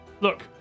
Look